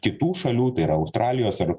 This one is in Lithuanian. kitų šalių tai yra australijos ar